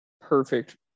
perfect